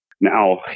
Now